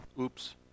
Oops